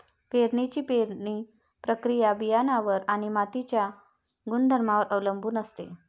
पेरणीची पेरणी प्रक्रिया बियाणांवर आणि मातीच्या गुणधर्मांवर अवलंबून असते